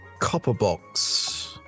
Copperbox